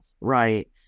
right